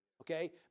Okay